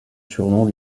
surnom